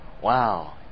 wow